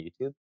YouTube